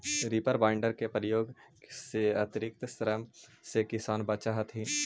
reaper binder के प्रयोग से अतिरिक्त श्रम से किसान बच जा हथिन